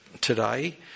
today